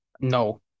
No